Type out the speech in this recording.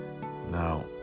Now